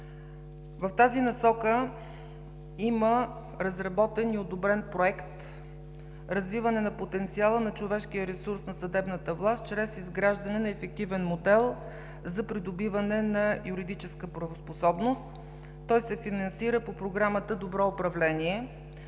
В тази насока има разработен и одобрен Проект „Развиване на потенциала на човешкия ресурс на съдебната власт чрез изграждане на ефективен модел за придобиване на юридическа правоспособност“. Той се финансира по Програмата „Добро управление“